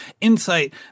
insight